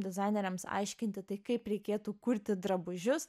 dizaineriams aiškinti tai kaip reikėtų kurti drabužius